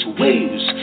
waves